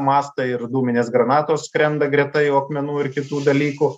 mastą ir dūminės granatos skrenda greta jau akmenų ir kitų dalykų